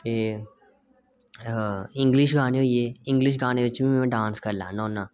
एह् इंगलिश गाने पर बी में डांस करी लैन्ना होना